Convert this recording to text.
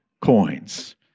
coins